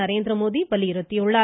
நரேந்திரமோடி வலியுறுத்தியுள்ளார்